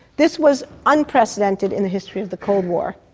this was unprecedented in the history of the cold war.